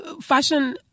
fashion